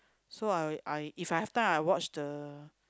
so I'll I If I have time I watch the